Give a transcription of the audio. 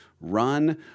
run